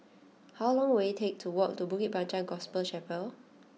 how long will it take to walk to Bukit Panjang Gospel Chapel